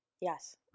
yes